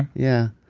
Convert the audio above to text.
yeah.